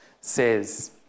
says